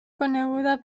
coneguda